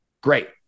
great